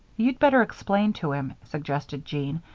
you'd better explain to him, suggested jean,